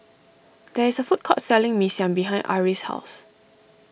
there is a food court selling Mee Siam behind Arrie's house